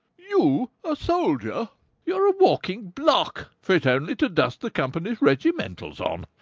you a soldier you're a walking block, fit only to dust the company's regimentals on!